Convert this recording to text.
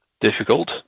Difficult